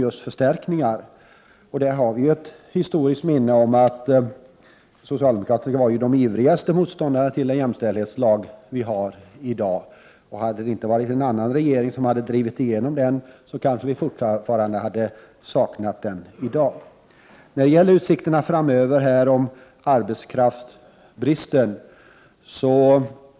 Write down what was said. För att nu gå tillbaka i historien, tycker jag att det finns anledning erinra om att socialdemokraterna var de ivrigaste motståndarna till den jämställdhetslag vi har i dag. Hade det inte funnits en annan regering som drivit igenom den lagen, kanske vi fortfarande hade saknat den.